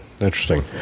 Interesting